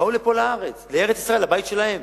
באו לפה לארץ, לארץ-ישראל, לבית שלהם.